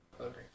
Okay